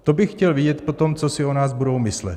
To bych chtěl vidět potom, co si o nás budou myslet.